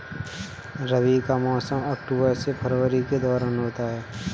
रबी का मौसम अक्टूबर से फरवरी के दौरान होता है